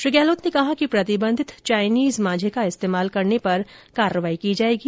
श्री गहलोत ने कहा कि प्रतिबंधित चाइनीज मांझे का इस्तेमाल करने पर कार्रवाई की जाएगी